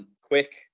quick